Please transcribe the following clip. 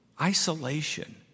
isolation